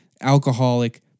alcoholic